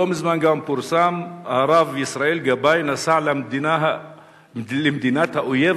לא מזמן גם פורסם שהרב ישראל גבאי נסע למדינת האויב